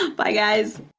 bye guys.